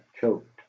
choked